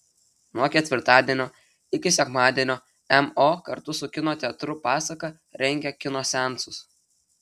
nuo ketvirtadienio iki sekmadienio mo kartu su kino teatru pasaka rengia kino seansus